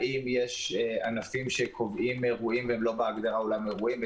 האם יש ענפים שקובעים אירועים והם לא בהגדרה של אולם אירועים,